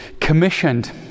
commissioned